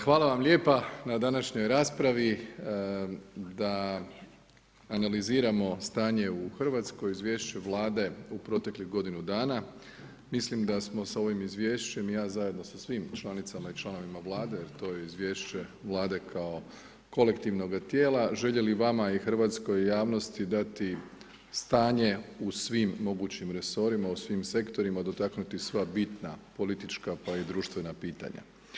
Hvala vam lijepo, na današnjoj raspravi, da analiziramo stanje u Hrvatskoj, izvješće vlade u proteklih godinu dana, mislim da smo s ovim izvješćem i ja zajedno sa svim članicama i članovima vlade to izvješće vlade, kao kolektivnoga tijela željeli vama i hrvatskoj javnosti dati stanje u svim mogućim resorima, u svim sektorima, dotaknuti sva bitna politička pa i društvena pitanja.